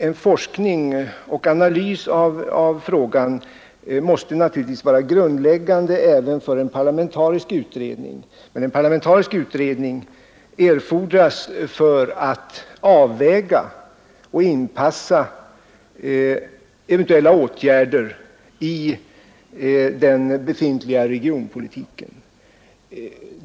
En forskning om och analys av frågan måste naturligtvis vara grundläggande även för en parlamentarisk utredning, men en sådan erfordras för att avväga och inpassa eventuella åtgärder i den befintliga regionpolitiken.